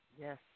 Yes